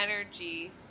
energy